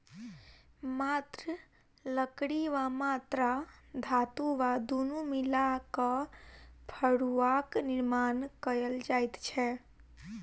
मात्र लकड़ी वा मात्र धातु वा दुनू मिला क फड़ुआक निर्माण कयल जाइत छै